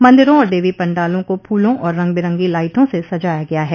मन्दिरों और देवी पंडालों को फूलों और रंगबिरंगी लाइटों से सजाया गया है